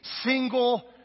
single